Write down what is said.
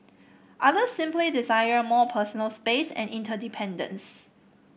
others simply desire more personal space and independence